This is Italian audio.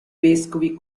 vescovi